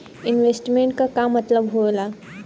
Investment क का मतलब हो ला?